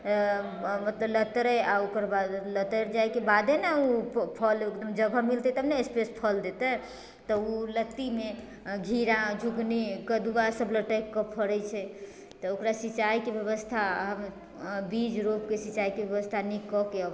मतलब लतरै आओर ओकर बाद लतरि जाइके बादे ने ओ फल एकदम जगह मिलतै तब ने स्पेस फल देतै तऽ ओ लत्तीमे घेरा झिङ्गुली कदुआसब लटकिकऽ फरै छै तऽ ओकरा सिँचाइके व्यवस्था बीज रोपिकऽ सिँचाइके बेबस्था नीक कऽ कए